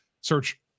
search